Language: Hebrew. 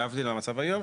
להבדיל מהמצב היום,